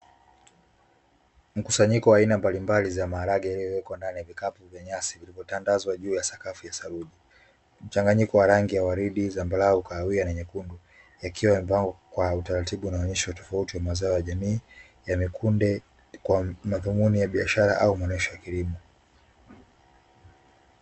Mkusanyiko wa aina mbalimbali za maharagwe yalioko nandani ya kikapu cha nyasi yametandawazwa juu ya sakafu mchanganyiko mchanganyiko wa rangi ya waridi ni nyekundu yakiwa ambayo kwa utaratibu unaonyeshwa tofauti na mazao ya jamii ya miaka kunde kwa madhumuni ya biashara au kilimo